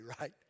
right